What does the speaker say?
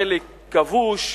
חלק כבוש.